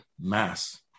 mass